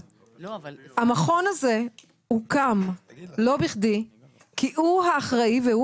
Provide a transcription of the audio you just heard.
הוקם המכון הזה הוקם כי הוא האחראי והוא